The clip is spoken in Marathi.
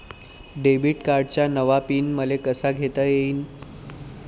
डेबिट कार्डचा नवा पिन मले कसा घेता येईन?